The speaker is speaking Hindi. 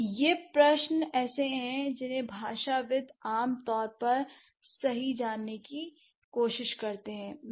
तो ये ऐसे प्रश्न हैं जिन्हें भाषाविद् आम तौर पर सही जानने की कोशिश करते हैं